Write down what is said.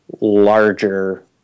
larger